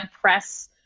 press